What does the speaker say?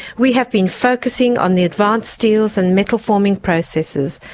we have been focusing on the advanced steels and metal forming processes,